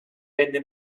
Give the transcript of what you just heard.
venne